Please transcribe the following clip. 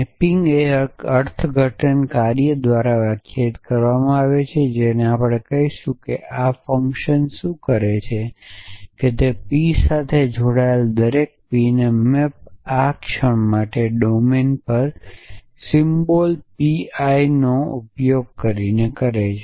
mapping એ એક અર્થઘટન કાર્ય દ્વારા વ્યાખ્યાયિત કરવામાં આવે છે જેને આપણે કહીશું હું છે અને આ ફંક્શન શું કરે છે તે તે છે કે તે પી સાથે જોડાયેલા દરેક પીનો મેપ આ ક્ષણ માટે ડોમેન પર સિમ્બોલ પી I નો ઉપયોગ કરે છે